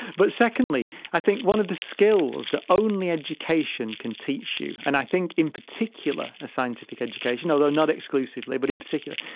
but secondly i think one of the skills that only education can teach you, and i think in particular a scientific education, although not exclusively but in particular,